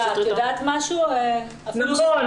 נכון,